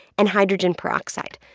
and hydrogen peroxide.